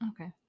Okay